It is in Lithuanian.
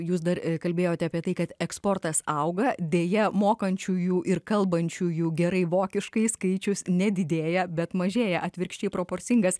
jūs dar kalbėjote apie tai kad eksportas auga deja mokančiųjų ir kalbančiųjų gerai vokiškai skaičius nedidėja bet mažėja atvirkščiai proporcingas